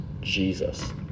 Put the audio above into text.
Jesus